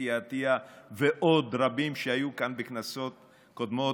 אתי עטייה ועוד רבים שהיו כאן בכנסות קודמות,